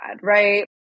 right